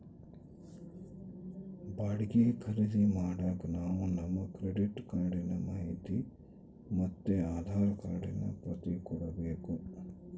ಬಾಡಿಗೆ ಖರೀದಿ ಮಾಡಾಕ ನಾವು ನಮ್ ಕ್ರೆಡಿಟ್ ಕಾರ್ಡಿನ ಮಾಹಿತಿ ಮತ್ತೆ ಆಧಾರ್ ಕಾರ್ಡಿನ ಪ್ರತಿ ಕೊಡ್ಬಕು